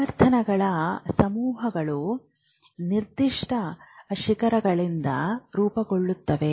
ಆವರ್ತನಗಳ ಸಮೂಹಗಳು ನಿರ್ದಿಷ್ಟ ಶಿಖರಗಳಿಂದ ರೂಪುಗೊಳ್ಳುತ್ತವೆ